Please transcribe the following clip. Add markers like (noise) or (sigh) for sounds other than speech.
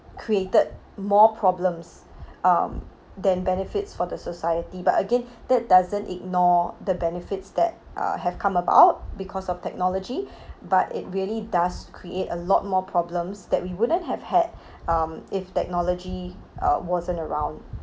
created more problems um than benefits for the society but again that doesn't ignore the benefits that uh have come about because of technology (breath) but it really does create a lot more problems that we wouldn't have had um if technology uh wasn't around